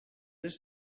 his